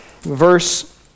verse